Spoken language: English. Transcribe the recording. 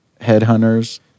headhunters